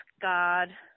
God